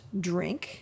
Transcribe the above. drink